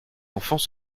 enfants